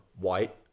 white